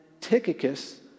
Tychicus